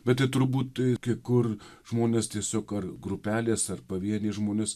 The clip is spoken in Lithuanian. bet tai turbūt kai kur žmonės tiesiog ar grupelės ar pavieniai žmonės